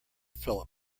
phillip